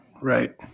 right